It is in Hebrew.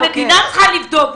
המדינה צריכה לבדוק ולראות.